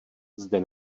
zde